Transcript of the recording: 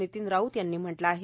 नितीन राऊत यांनी म्हटलं आहे